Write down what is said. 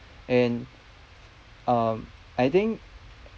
and um I think